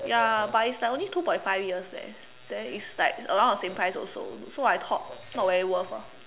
ya but it's like only two point five years leh then it's like around the same price also so I thought not very worth ah